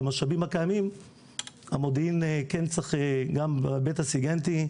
במשאבים הקיימים המודיעין כן צריך גם בהיבט הסיגנטי,